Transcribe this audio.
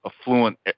affluent